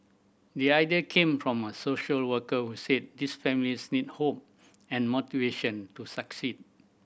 the idea came from a social worker were said these families need hope and motivation to succeed